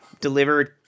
delivered